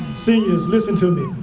seniors, listen to me.